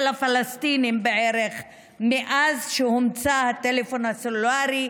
הפלסטינים בערך מאז שהומצא הטלפון הסלולרי,